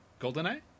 GoldenEye